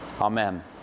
Amen